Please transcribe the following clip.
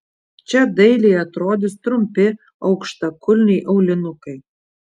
čia dailiai atrodys trumpi aukštakulniai aulinukai